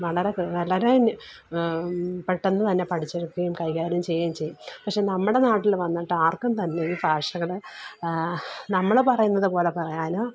വളരെ വളരെ പെട്ടെന്ന് തന്നെ പഠിച്ചെടുക്കുകയും കൈകാര്യം ചെയ്യുകയും ചെയ്യും പക്ഷേ നമ്മുടെ നാട്ടില് വന്നിട്ടാർക്കും തന്നെയൊര് ഭാഷകള് നമ്മള് പറയുന്നത് പോലെ പറയാനോ